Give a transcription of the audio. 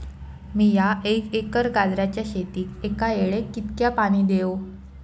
मीया एक एकर गाजराच्या शेतीक एका वेळेक कितक्या पाणी देव?